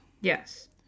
Yes